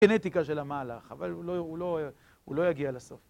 גנטיקה של המהלך, אבל הוא לא, הוא לא, הוא לא יגיע לסוף.